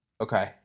Okay